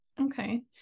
Okay